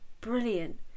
brilliant